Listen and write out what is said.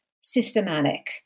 systematic